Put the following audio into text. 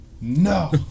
No